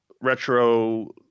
retro